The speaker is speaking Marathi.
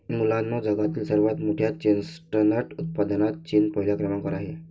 मुलांनो जगातील सर्वात मोठ्या चेस्टनट उत्पादनात चीन पहिल्या क्रमांकावर आहे